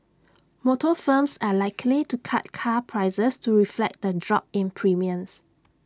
motor firms are likely to cut car prices to reflect the drop in premiums